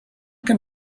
can